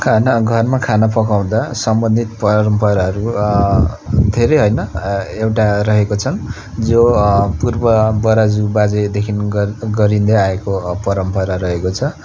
खाना घरमा खाना पकाउँदा सम्बन्धित परम्पराहरू धेरै होइन एउटा रहेको छन् जो पूर्व बराजु बाजेदेखि गर गरिँदै आएको परम्परा रहेको छ